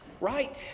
Right